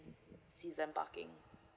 season parking